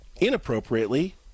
inappropriately